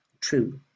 true